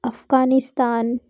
Afghanistan